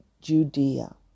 Judea